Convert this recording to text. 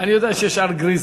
אני יודע שיש הר גריזים,